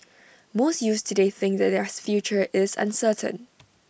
most youths today think that their future is uncertain